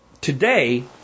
today